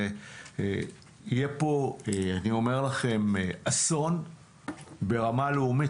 יהיה פה אסון ברמה לאומית,